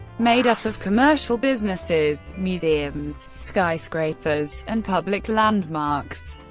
made up of commercial businesses, museums, skyscrapers, and public landmarks.